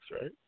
right